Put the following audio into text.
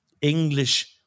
English